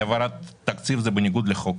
אי-העברת תקציב זה בניגוד לחוק.